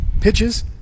Pitches